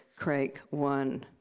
crake won.